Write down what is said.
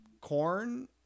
corn